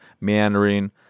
meandering